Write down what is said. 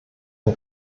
der